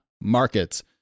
markets